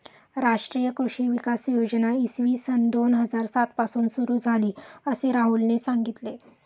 राष्ट्रीय कृषी विकास योजना इसवी सन दोन हजार सात पासून सुरू झाली, असे राहुलने सांगितले